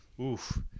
Oof